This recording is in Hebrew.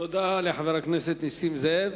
תודה לחבר הכנסת נסים זאב.